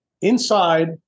Inside